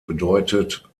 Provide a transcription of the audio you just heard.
bedeutet